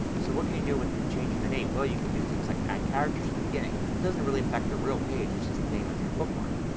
so what can you do with changing the name? well, you can do things like add characters at the beginning. it doesn't really effect the real page. it's just the name of your bookmark.